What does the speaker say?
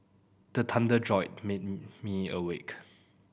the thunder jolt me awake